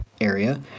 area